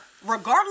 Regardless